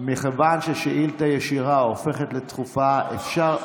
מכיוון ששאילתה ישירה הופכת לדחופה, אפשר,